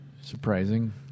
Surprising